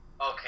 okay